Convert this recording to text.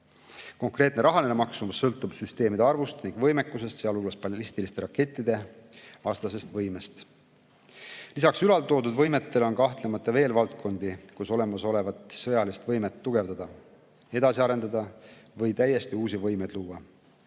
Konkreetne rahaline maksumus sõltub süsteemide arvust ning võimekusest, sealhulgas ballistiliste rakettide vastasest võimest. Lisaks ülaltoodud võimetele on kahtlemata veel valdkondi, kus olemasolevat sõjalist võimet tugevdada, edasi arendada või täiesti uusi võimeid luua.